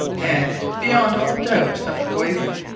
and, beyond all doubt, of poison.